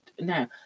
Now